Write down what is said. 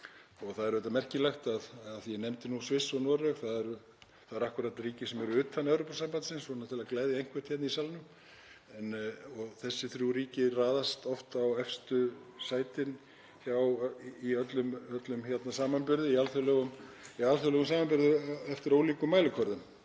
það er auðvitað merkilegt, af því að ég nefndi Sviss og Noreg, að það eru akkúrat ríki sem eru utan Evrópusambandsins, svona til að gleðja einhvern hérna í salnum. Þessi þrjú ríki raðast oft í efstu sætin í öllum samanburði í alþjóðlegum samanburði eftir ólíkum mælikvörðum.